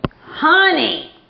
honey